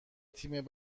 تیم